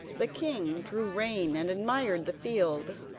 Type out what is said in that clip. the king drew rein and admired the field.